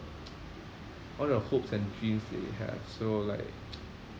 all the hopes and dreams they have so like